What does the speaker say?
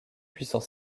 puissant